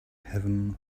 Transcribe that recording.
heaven